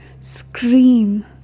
scream